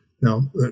Now